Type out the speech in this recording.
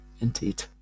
Indeed